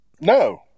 No